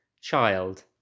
child